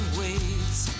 waits